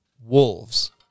wolves